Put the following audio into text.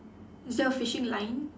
is there a fishing line